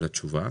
אלא תשובה.